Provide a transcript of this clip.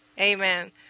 Amen